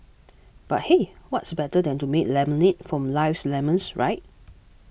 but hey what's better than to make lemonade from life's lemons right